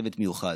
צוות מיוחד.